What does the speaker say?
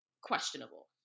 questionable